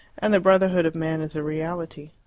and the brotherhood of man is a reality.